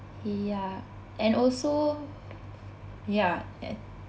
ya and also ya and